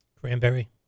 Cranberry